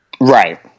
right